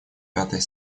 пятой